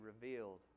revealed